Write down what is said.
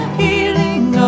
healing